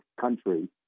country